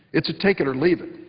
it's a take it or leave it.